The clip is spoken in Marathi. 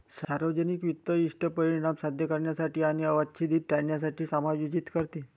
सार्वजनिक वित्त इष्ट परिणाम साध्य करण्यासाठी आणि अवांछित टाळण्यासाठी समायोजित करते